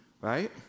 right